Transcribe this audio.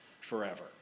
forever